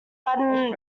latin